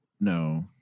No